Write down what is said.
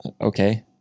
Okay